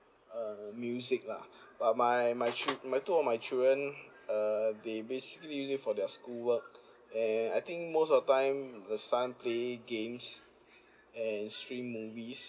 uh music lah but my my child my two of my children uh they basically use it for their school work and I think most of the time the son play games and stream movies